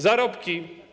Zarobki.